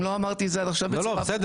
אם לא אמרתי את זה עד עכשיו בצורה ברורה,